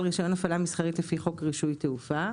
רישיון הפעלה מסחרית לפי חוק רישוי תעופה,